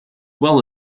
well